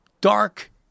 dark